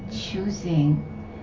choosing